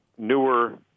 newer